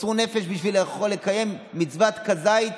הם מסרו נפש בשביל לקיים מצוות כזית